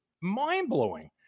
mind-blowing